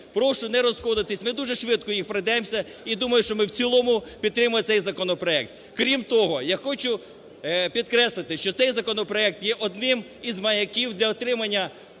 Прошу не розходитись, ми дуже швидко їх пройдемо і думаю, що ми в цілому підтримаємо цей законопроект. Крім того, я хочу підкреслити, що цей законопроект є одним із маяків для отримання допомоги